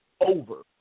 over